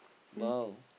!wow!